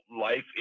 life